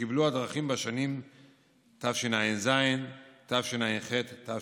שקיבלו הדרכות בשנים תשע"ז, תשע"ח, תשע"ט.